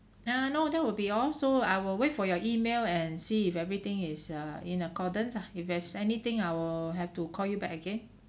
err no that will be all so I will wait for your email and see if everything is uh in accordance ah if there's anything I will have to call you back again